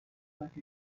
like